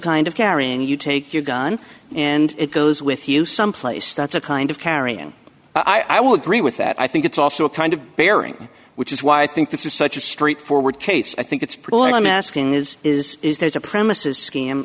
kind of carrying you take your gun and it goes with you someplace that's a kind of carrying i will agree with that i think it's also a kind of bearing which is why i think this is such a straightforward case i think it's pretty well i'm asking is is is there's a premises sc